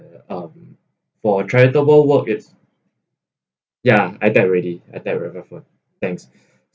um for charitable work it's ya I type already I type thanks